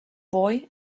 boy